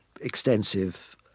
extensive